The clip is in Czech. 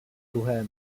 druhé